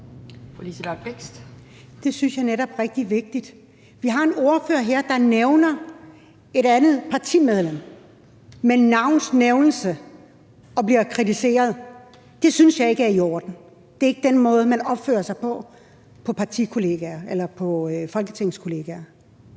Det synes jeg netop er rigtig vigtigt. Vi har en ordfører her, der nævner et medlem af et andet parti med navns nævnelse og kritiserer vedkommende. Det synes jeg ikke er i orden; det er ikke den måde, man opfører sig på over for folketingskollegaer.